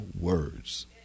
words